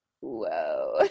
Whoa